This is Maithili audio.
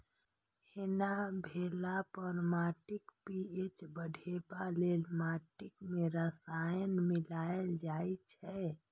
एना भेला पर माटिक पी.एच बढ़ेबा लेल माटि मे रसायन मिलाएल जाइ छै